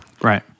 Right